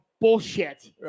bullshit